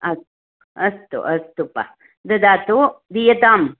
अस्तु अस्तु अस्तु पा ददातु दीयताम्